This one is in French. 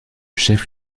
chef